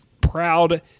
proud